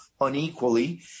unequally